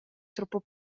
troppo